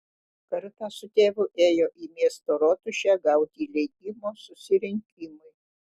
kartą su tėvu ėjo į miesto rotušę gauti leidimo susirinkimui